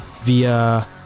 via